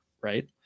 right